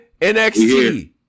NXT